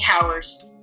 hours